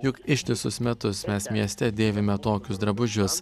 juk ištisus metus mes mieste dėvime tokius drabužius